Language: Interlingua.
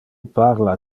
parla